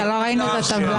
ראינו את הטבלה.